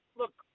look